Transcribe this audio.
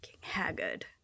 Haggard